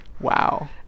Wow